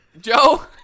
Joe